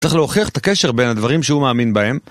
צריך להוכיח את הקשר בין הדברים שהוא מאמין בהם